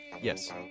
Yes